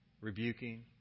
rebuking